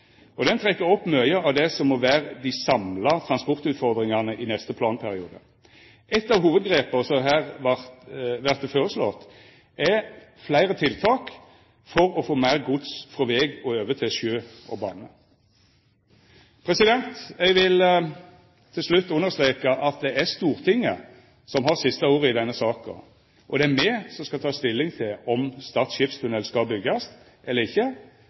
fram. Den trekkjer opp mykje av det som må vera dei samla transportutfordringane i neste planperiode. Eit av hovudgrepa som her vert føreslått, er fleire tiltak for å få meir gods frå veg over til sjø og bane. Til slutt vil eg understreka at det er Stortinget som har det siste ordet i denne saka, og det er me som skal ta stilling til om Stad skipstunnel skal byggjast eller ikkje,